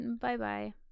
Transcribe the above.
Bye-bye